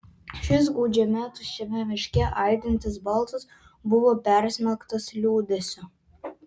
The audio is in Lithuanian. šis gūdžiame tuščiame miške aidintis balsas buvo persmelktas liūdesio